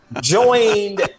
joined